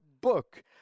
book